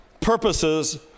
purposes